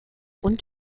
und